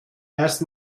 erst